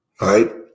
right